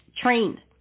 trained